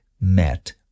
met